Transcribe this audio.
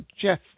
Jeff